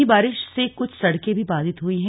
वहीं बारिश से कुछ सड़कें भी बाधित हुई हैं